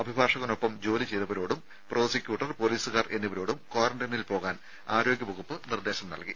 അഭിഭാഷകനൊപ്പം ജോലി ചെയ്തവരോടും പ്രോസിക്യൂട്ടർ പൊലീസുകാർ എന്നിവരോടും ക്വാറന്റൈനിൽ പോകാൻ ആരോഗ്യവകുപ്പ് നിർദ്ദേശം നൽകി